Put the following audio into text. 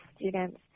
students